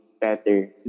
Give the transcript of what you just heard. better